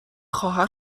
خواهر